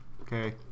Okay